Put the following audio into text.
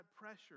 pressure